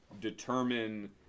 Determine